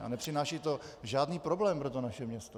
A nepřináší to žádný problém pro naše město.